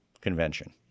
convention